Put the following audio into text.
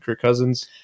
Cousins